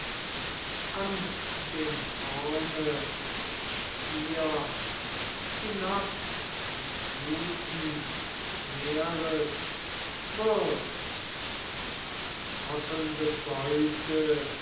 an dem horne des stiers hinab in die fluten des meeres wirft und die zappelnde beute